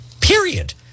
period